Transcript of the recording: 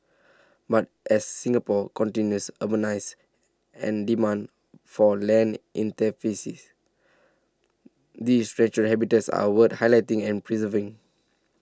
but as Singapore continues urbanise and demand for land intensifies these natural habitats are worth highlighting and preserving